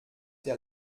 der